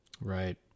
Right